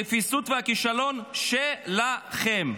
הרפיסות והכישלון שלכם.